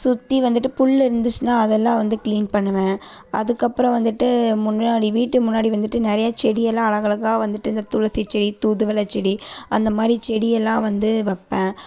சுற்றி வந்துட்டு புல் இருந்துச்சுன்னால் அதெல்லாம் வந்து க்ளீன் பண்ணுவேன் அதுக்கப்புறம் வந்துட்டு முன்னாடி வீட்டு முன்னாடி வந்துட்டு நிறைய செடியெல்லாம் அழகழகா வந்துட்டு இந்த துளசி செடி தூதுவளை செடி அந்தமாதிரி செடியெல்லாம் வந்து வைப்பேன்